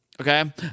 okay